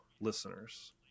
listeners